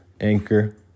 Anchor